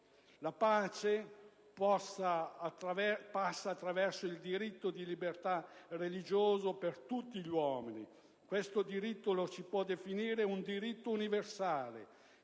La pace passa attraverso il diritto di libertà religiosa per tutti gli uomini. Questo diritto lo si può definire universale